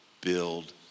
build